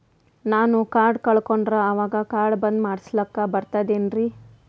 ನಾನು ಕಾರ್ಡ್ ಕಳಕೊಂಡರ ಅವಾಗ ಕಾರ್ಡ್ ಬಂದ್ ಮಾಡಸ್ಲಾಕ ಬರ್ತದೇನ್ರಿ?